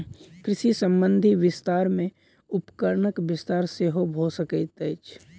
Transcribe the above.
कृषि संबंधी विस्तार मे उपकरणक विस्तार सेहो भ सकैत अछि